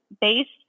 based